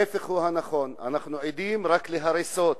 ההיפך הוא הנכון, אנחנו עדים רק להריסות